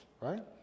right